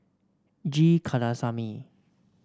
G Kandasamy